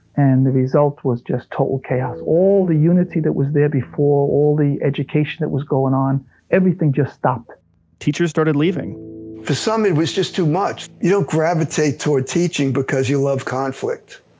and the result was just total chaos. all the unity that was there before, all the education that was going on everything just stopped teachers started leaving for some, it was just too much. you don't gravitate toward teaching because you love conflict.